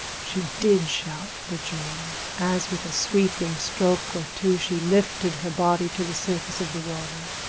she did shout for joy, as with a sweeping stroke or two she lifted her body to the surface of the water.